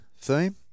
theme